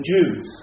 Jews